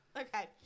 Okay